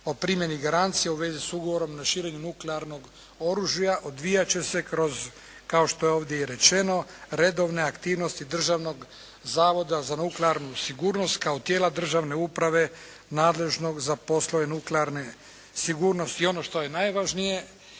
o primjeni garancija u vezi s ugovorom na širenju nuklearnog oružja odvijat će se kroz kao što je ovdje i rečeno redovne aktivnosti Državnog zavoda za nuklearnu sigurnost kao tijela državne uprave nadležnog za poslove nuklearne sigurnosti.